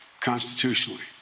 constitutionally